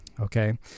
Okay